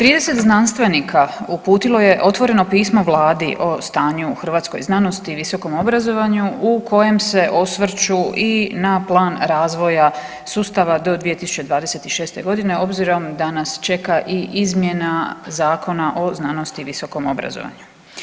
30 znanstvenika uputilo je otvoreno pismo Vladi o stanju u hrvatskoj znanosti, visokom obrazovanju u kojem se osvrću i na plan razvoja sustava do 2026. godine obzirom da nas čeka i izmjena Zakona o znanosti i visokom obrazovanju.